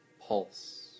pulse